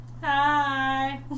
Hi